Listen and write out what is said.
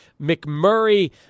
mcmurray